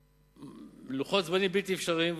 בלוחות זמנים בלתי אפשריים,